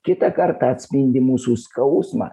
kitą kartą atspindi mūsų skausmą